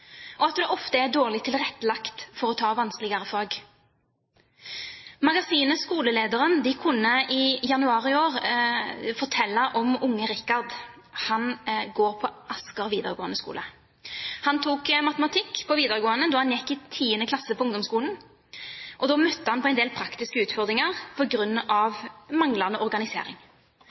og at det ofte er dårlig tilrettelagt for å ta vanskeligere fag. Magasinet Skolelederen kunne i januar i år fortelle om unge Richard. Han går på Asker videregående skole. Han tok matematikk på videregående da han gikk i 10. klasse på ungdomsskolen. Da møtte han på en del praktiske utfordringer på grunn av manglende organisering.